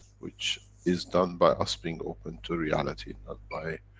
which is done by us being open to reality. not by,